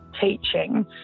teaching